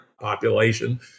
population